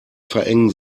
verengen